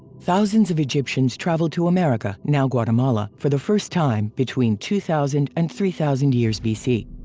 thousands of egyptians traveled to america, now guatemala, for the first time between two thousand and three thousand years bc.